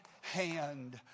hand